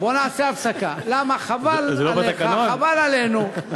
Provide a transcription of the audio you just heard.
בואו נעשה הפסקה, כי חבל עליך, חבל עלינו.